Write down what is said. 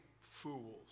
fools